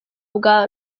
bwa